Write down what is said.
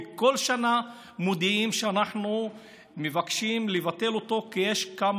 וכל שנה מודיעים שמבקשים לא לבטל אותו כי יש כמה